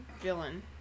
villain